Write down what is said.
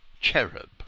cherub